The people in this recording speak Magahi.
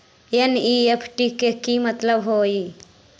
एन.ई.एफ.टी के कि मतलब होइ?